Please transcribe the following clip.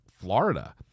Florida